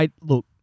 Look